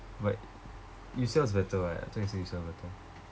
but U_C_L is better [what] I thought you say U_C_L better